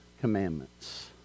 commandments